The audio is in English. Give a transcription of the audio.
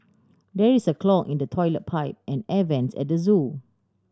there is a clog in the toilet pipe and air vents at the zoo